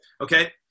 okay